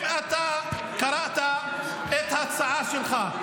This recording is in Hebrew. אם קראת את ההצעה שלך,